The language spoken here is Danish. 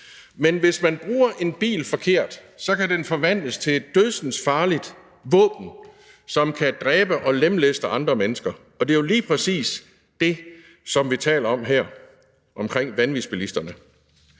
men hvis man bruger en bil forkert, kan den forvandles til et dødsensfarligt våben, som kan dræbe og lemlæste andre mennesker, og det er jo lige præcis det, som vi taler om her i forhold til vanvidsbilisterne.